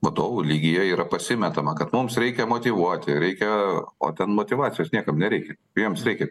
vadovų lygyje yra pasimetama kad mums reikia motyvuoti reikia o ten motyvacijos niekam nereikia jiems reikia